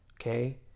okay